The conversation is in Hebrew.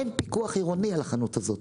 אין פיקוח עירוני על החנות הזאת.